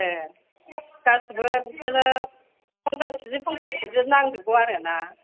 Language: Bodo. ए गासैबो बिखौनो पन्सास किजि पन्सास किजि नांजोबगौ आरो ना